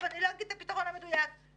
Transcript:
ואנחנו לא טובים בהתמודדות הזאת ברמה הלאומית.